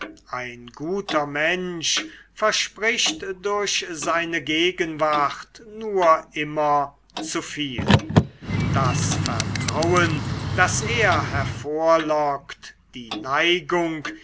ein guter mensch verspricht durch seine gegenwart nur immer zu viel das vertrauen das er hervorlockt die neigung